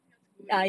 that's good